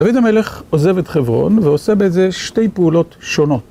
דוד המלך עוזב את חברון ועושה בזה שתי פעולות שונות.